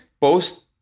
post